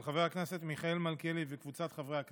של חבר הכנסת מיכאל מלכיאלי וקבוצת חברי הכנסת,